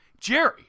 Jerry